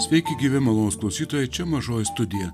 sveiki gyvi malonūs klausytojai čia mažoji studija